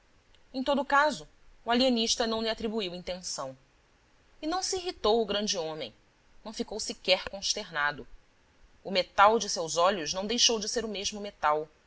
em todo caso o alienista não lhe atribuiu intenção e não se irritou o grande homem não ficou sequer consternado o metal de seus olhos não deixou de ser o mesmo metal